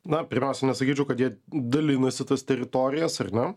na pirmiausia nesakyčiau kad jie dalinasi tas teritorijas ar ne